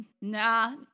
nah